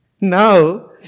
Now